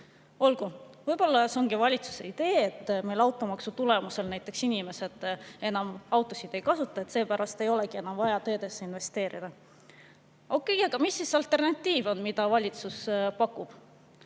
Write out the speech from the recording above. Olgu, võib-olla see ongi valitsuse idee, et meil automaksu tulemusel inimesed autosid enam ei kasuta ja seepärast ei olegi enam vaja teedesse investeerida. Okei! Aga mis on alternatiiv, mida valitsus pakub?